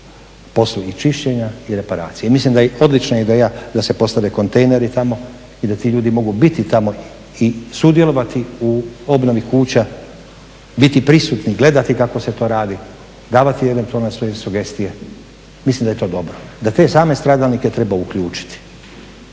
poslu i čišćenja i reparacije. Mislim da je odlična ideja da se postave kontejneri tamo i da ti ljudi mogu biti tamo i sudjelovati u obnovi kuća, biti prisutni, gledati kako se to radi, davati eventualne svoje sugestije. Mislim da je to dobro. Da te same stradalnike treba uključiti.